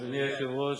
אדוני היושב-ראש,